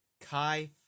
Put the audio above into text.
kai